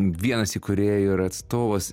vienas įkūrėjų ir atstovas